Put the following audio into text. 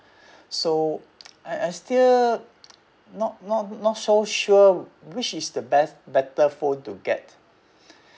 so I I still not not not so sure which is the best better phone to get